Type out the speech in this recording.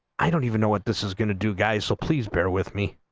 i don't even know what this is gonna do guys so please bear with me